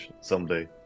someday